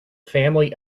family